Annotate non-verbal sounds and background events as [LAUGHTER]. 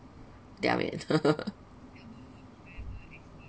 their way [LAUGHS]